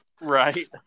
right